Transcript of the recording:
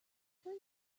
fill